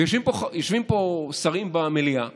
יושבים פה שרים במליאה